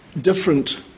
different